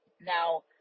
Now